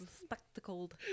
spectacled